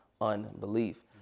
unbelief